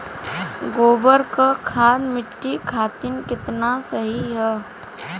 गोबर क खाद्य मट्टी खातिन कितना सही ह?